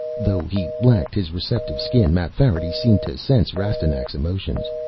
though he lacked his receptive skin, mapfarity seemed to sense rastignac's emotions.